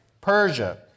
Persia